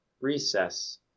Recess